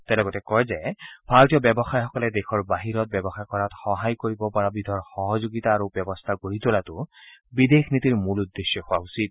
তেওঁ লগতে কয় যে ভাৰতীয় ব্যৱসায়ী সকলে দেশৰ বাহিৰত ব্যৱসায় কৰাত সহায় কৰিব পৰা বিধৰ এক সহযোগিতা আৰু ব্যৱস্থা গঢ়ি তোলাটো বিদেশ নীতিৰ মূল উদ্দেশ্য হোৱা উচিত